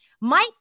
Mike